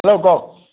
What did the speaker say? hello কওক